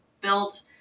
built